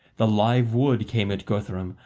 the live wood came at guthrum,